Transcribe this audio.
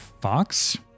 Fox